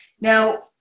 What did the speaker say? Now